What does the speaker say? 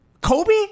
Kobe